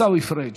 עיסאווי פריג'.